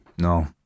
No